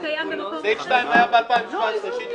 סעיף 2 היה ב-2017.